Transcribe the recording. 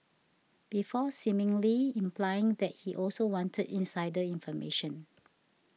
before seemingly implying that he also wanted insider information